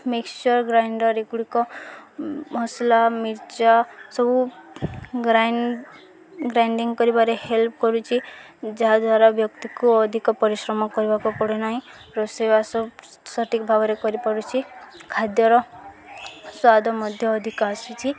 mixture grinder ଏଗୁଡ଼ିକ ମସଲା ମିର୍ଚା ସବୁ ଗ୍ରାଇ ଗ୍ରାଇଣ୍ଡିଙ୍ଗ କରିବାରେ ହେଲ୍ପ କରୁଚି ଯାହାଦ୍ୱାରା ବ୍ୟକ୍ତିକୁ ଅଧିକ ପରିଶ୍ରମ କରିବାକୁ ପଡ଼ୁନାହିଁ ରୋଷେଇବା ସବୁ ସଠିକ୍ ଭାବରେ କରିପାରୁଚି ଖାଦ୍ୟର ସ୍ୱାଦ ମଧ୍ୟ ଅଧିକ ଆସୁଛି